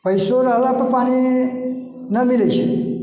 पैसो रहल पर पानि नहि मिलै छै